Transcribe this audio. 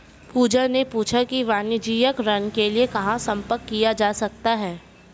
पूजा ने पूछा कि वाणिज्यिक ऋण के लिए कहाँ संपर्क किया जा सकता है?